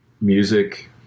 music